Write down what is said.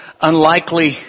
unlikely